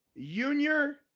Junior